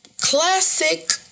Classic